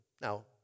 Now